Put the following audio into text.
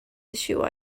issue